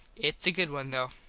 its a good one though.